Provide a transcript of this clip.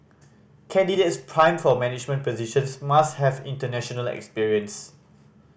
candidates primed for management positions must have international experience